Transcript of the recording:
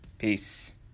Peace